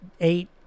eight